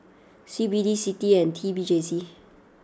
C B D Citi and T P J C